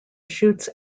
shoots